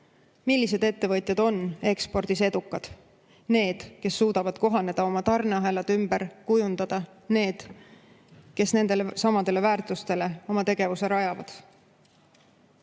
Millised ettevõtjad on ekspordis edukad? Need, kes suudavad kohaneda, oma tarneahelad ümber kujundada, need, kes nendelesamadele väärtustele oma tegevuse rajavad.